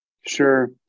Sure